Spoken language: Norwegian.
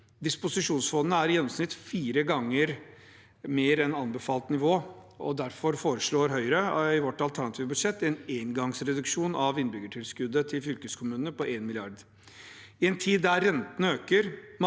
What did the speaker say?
Disposisjonsfondene er i gjennomsnitt fire ganger høyere enn anbefalt nivå, og derfor foreslår Høyre i sitt alternative budsjett en engangsreduksjon av innbyggertilskuddet til fylkeskommunene på 1 mrd. kr. I en tid der rentene øker,